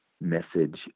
message